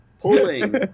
Pulling